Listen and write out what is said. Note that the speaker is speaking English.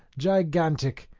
gigantic,